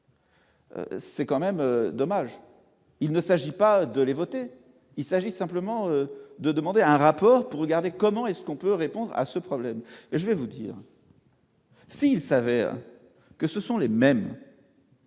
C'est quand même dommage, il ne s'agit pas de les voter, il s'agit simplement de demander un rapport pour regarder comment est-ce qu'on peut répondre à ce problème et je vais vous dire. Si il savez que ce sont les mêmes.